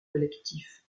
collectif